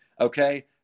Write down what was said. okay